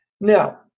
Now